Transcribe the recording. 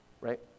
right